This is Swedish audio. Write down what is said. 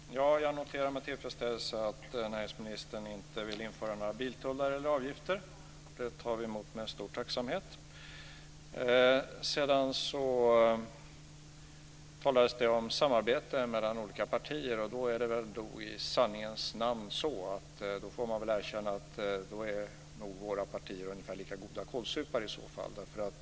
Herr talman! Jag noterar med tillfredsställelse att näringsministern inte vill införa några biltullar eller avgifter. Det tar vi emot med stor tacksamhet. Sedan talades det om samarbete mellan olika partier. Då är det nog i sanningens namn så att våra partier är ungefär lika kålsupare.